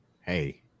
hey